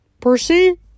Percy